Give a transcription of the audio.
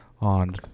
on